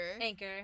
Anchor